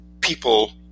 people